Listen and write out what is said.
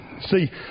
See